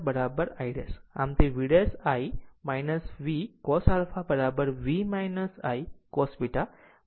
આમ તે V ' I VCos α V I sin β I '